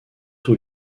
tous